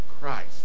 Christ